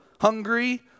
hungry